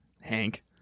Hank